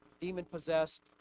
demon-possessed